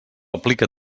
aplica